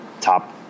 top